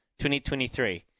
2023